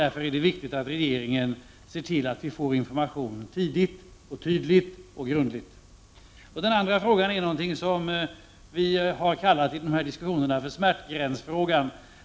Regeringen måste därför se till att vi får information tidigt, tydligt och grundligt. Min andra fråga gäller det som i den här diskussionen har kallats för smärtgränsfrågan.